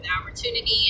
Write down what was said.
opportunity